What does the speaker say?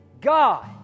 God